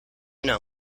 know